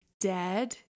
dead